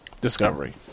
Discovery